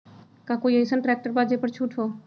का कोइ अईसन ट्रैक्टर बा जे पर छूट हो?